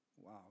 Wow